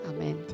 Amen